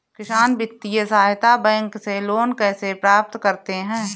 किसान वित्तीय सहायता बैंक से लोंन कैसे प्राप्त करते हैं?